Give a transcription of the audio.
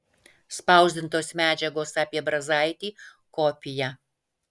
spausdintos medžiagos apie brazaitį kopija